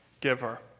giver